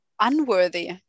unworthy